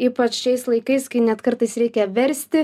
ypač šiais laikais kai net kartais reikia versti